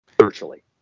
virtually